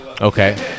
Okay